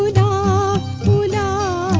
da da